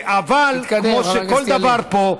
אבל כמו שבכל דבר פה,